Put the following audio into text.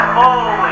holy